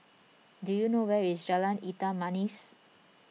do you know where is Jalan Hitam Manis